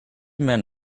men